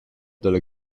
dalla